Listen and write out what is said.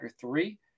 three